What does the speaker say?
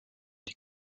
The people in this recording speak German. die